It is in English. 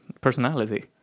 personality